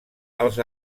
els